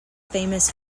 famous